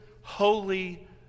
holy